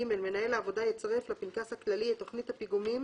(ג)מנהל העבודה יצרף לפנקס הכללי את תכנית הפיגומים